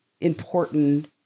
important